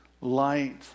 light